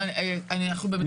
אנחנו במדינה דמוקרטית?